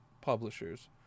publishers